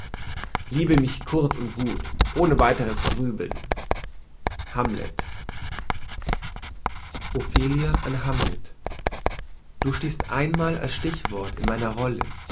liebe mich kurz und gut ohne weiteres grübeln hamlet ophelia an hamlet du stehst einmal als stichwort in meiner rolle